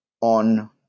on